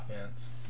offense